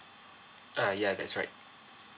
err ya that's right